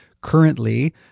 currently